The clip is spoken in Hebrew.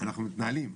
אנחנו מתנהלים,